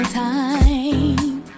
time